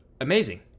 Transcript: amazing